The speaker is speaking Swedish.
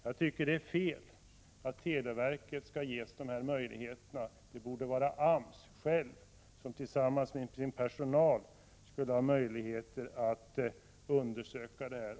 Jag tycker att det är fel att televerket skall ges sådana möjligheter. Det borde vara AMS självt som tillsammans med sin personal skulle göra dessa undersökningar.